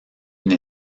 une